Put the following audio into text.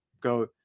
go